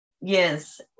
Yes